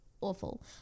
Awful